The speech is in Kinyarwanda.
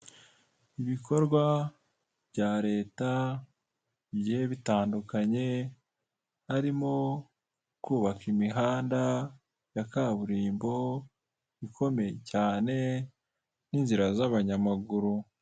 Ibikorwa bya leta bigiye bitandukanye, harimo kubaka imihanda ya kaburimbo ikomeye cyane n'inzira z'abanyamaguru.